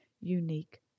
unique